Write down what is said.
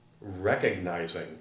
recognizing